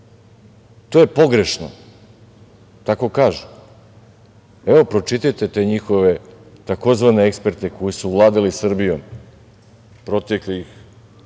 to je pogrešno, tako kažu, evo pročitajte te njihove tzv. eksperte koji su vladali Srbijom proteklih 12